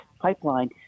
pipeline